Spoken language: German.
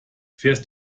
fährst